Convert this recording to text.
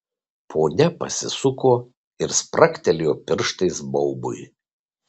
ponia pasisuko ir spragtelėjo pirštais baubui